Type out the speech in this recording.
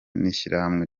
n’ishyirahamwe